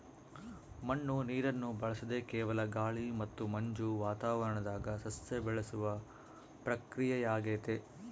ಮಣ್ಣು ನೀರನ್ನು ಬಳಸದೆ ಕೇವಲ ಗಾಳಿ ಮತ್ತು ಮಂಜು ವಾತಾವರಣದಾಗ ಸಸ್ಯ ಬೆಳೆಸುವ ಪ್ರಕ್ರಿಯೆಯಾಗೆತೆ